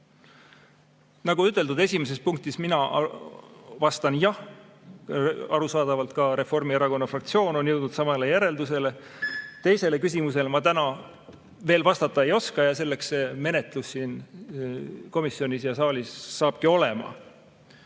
Nagu üteldud, esimeses punktis mina vastan jah, arusaadavalt ka Reformierakonna fraktsioon on jõudnud samale järeldusele. Teisele küsimusele ma täna veel vastata ei oska ja selleks see menetlus siin komisjonis ja saalis saabki olema.